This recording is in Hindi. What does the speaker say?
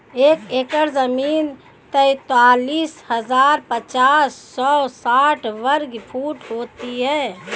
एक एकड़ जमीन तैंतालीस हजार पांच सौ साठ वर्ग फुट होती है